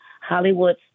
Hollywood